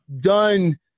done